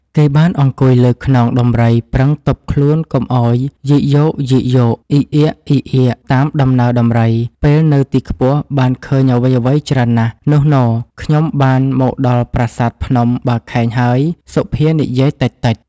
គេបានអង្គុយលើខ្នងដំរីប្រឹងទប់ខ្លួនកុំឱ្យយីកយោកៗ អ៊ីកអ៊ាកៗតាមដំណើរ ដំរី ពេលនៅទីខ្ពស់បានឃើញអ្វីៗច្រើនណាស់ នុះន ខ្ញុំបាន មកដល់ប្រាសាទភ្នំបាខែងហើយសុភានិយាយតិចៗ ។